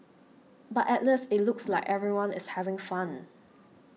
but at least it looks like everyone is having fun